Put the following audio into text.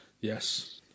Yes